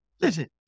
listen